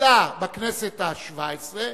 בוטלה בכנסת השבע-עשרה